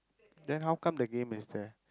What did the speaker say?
then how come the game is that